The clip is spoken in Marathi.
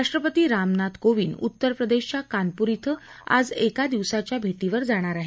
राष्ट्रपती रामनाथ कोविद उत्तर प्रदेशमधे कानपूर क्रिं आज एक दिवसाच्या भेटीवर जाणार आहेत